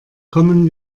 kommen